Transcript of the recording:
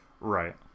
right